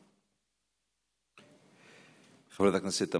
חבר הכנסת יזהר שי לא נמצא כאן.